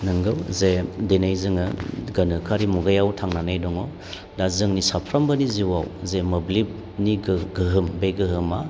नंगौ जे दिनै जोङो गोनोखोयारि मुगायाव थांनानै दङ दा जोंनि साफ्रोमबोनि जिउआव जे मोब्लिबनि गोहोम बे गोहोमा